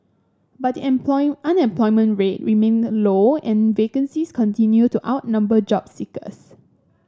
but the unemployment rate remained low and vacancies continued to outnumber job seekers